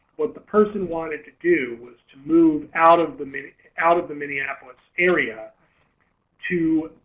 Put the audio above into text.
what the person wanted to do was to move out of the minute out of the minneapolis area to